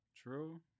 True